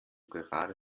gerade